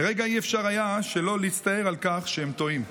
לרגע אי-אפשר היה שלא להצטער על כך שהם טועים.